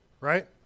Right